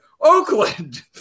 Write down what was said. Oakland